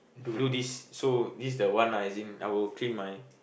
do this so this is the one lah as in I will clean my